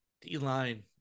D-line